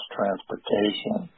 transportation